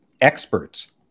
experts